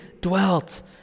dwelt